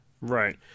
Right